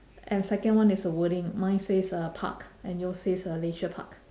and second one is a wording mine says a park and yours says a leisure park